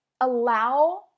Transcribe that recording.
allow